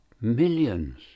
Millions